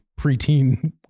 preteen